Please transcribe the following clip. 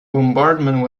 bombardment